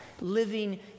living